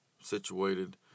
situated